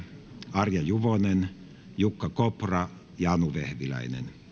arja juvonen jukka kopra ja anu vehviläinen